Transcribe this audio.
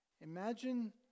imagine